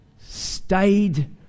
stayed